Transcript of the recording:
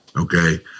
okay